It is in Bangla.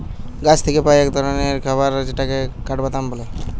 গাছ থিকে পাই এক ধরণের খাবার যেটাকে কাঠবাদাম বলে